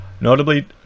Notably